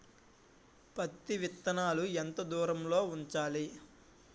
పత్తి విత్తనాలు ఎంత దూరంలో ఉంచాలి?